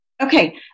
Okay